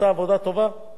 לעודד שריג,